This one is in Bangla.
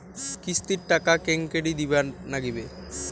কিস্তির টাকা কেঙ্গকরি দিবার নাগীবে?